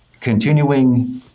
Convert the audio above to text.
continuing